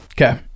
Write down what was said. Okay